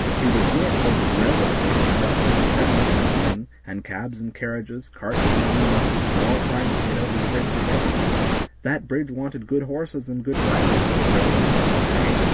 he was sure to go to the railway station just as the train was coming in, and cabs and carriages, carts and omnibuses were all trying to get over the bridge together that bridge wanted good horses and good drivers when the railway bell was ringing,